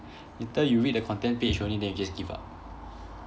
later you read the content page only then you just give up